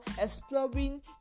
exploring